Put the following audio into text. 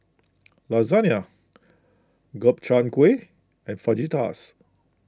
Lasagna Gobchang Gui and Fajitas